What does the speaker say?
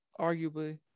Arguably